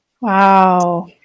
wow